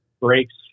breaks